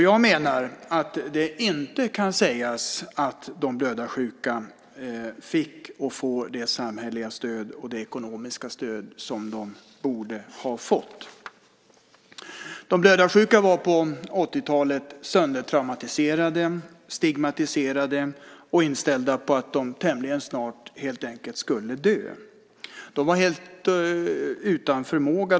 Jag menar att det inte kan sägas att de blödarsjuka fick och får det samhälleliga och ekonomiska stöd som de borde ha fått. De blödarsjuka var på 80-talet söndertraumatiserade, stigmatiserade och inställda på att de tämligen snart helt enkelt skulle dö. De var helt utan förmåga.